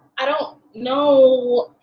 i don't know